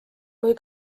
kui